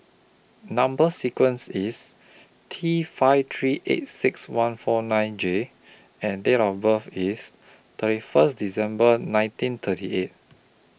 Number sequence IS T five three eight six one four nine J and Date of birth IS thirty First December nineteen thirty eight